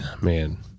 Man